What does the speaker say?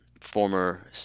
former